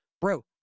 Bro